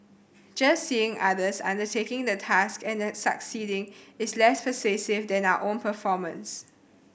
just seeing others undertaking the task and succeeding is less persuasive than our own performance